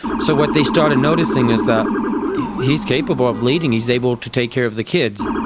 so what they started noticing is that he's capable of leading, he's able to take care of the kids.